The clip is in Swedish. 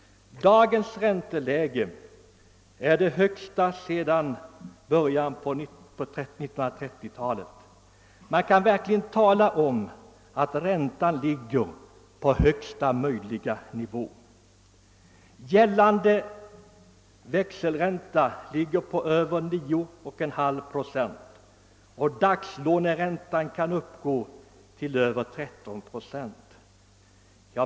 Dagens ränteläge är det högsta sedan början av 1930-talet. Man kan verkligen tala om att räntan ligger på högsta möjliga nivå. Gällande växelränta är över 9,5 procent och dagslåneräntan kan uppgå till mer än 13 procent.